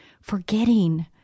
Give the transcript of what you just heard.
Forgetting